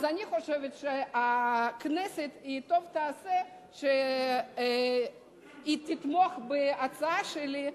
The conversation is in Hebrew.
אני חושבת שטוב תעשה הכנסת אם היא תתמוך בהצעה שלי,